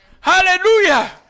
Hallelujah